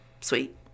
Sweet